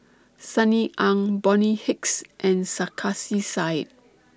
Sunny Ang Bonny Hicks and Sarkasi Said